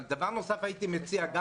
הייתי מציע דבר נוסף,